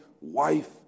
wife